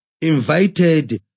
invited